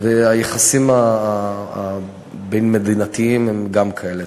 והיחסים הבין-מדינתיים הם גם כאלה.